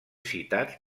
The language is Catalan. citats